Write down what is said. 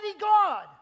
God